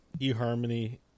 eHarmony